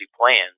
plans